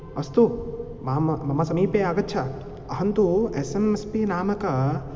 अस्तु माम् मम समीपे आगच्छ अहं तु एस् एम् एस् पि नामक